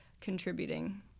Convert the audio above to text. contributing